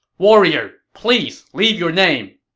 warrior, please leave your name!